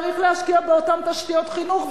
צריך להשקיע באותן תשתיות חינוך.